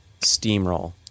steamroll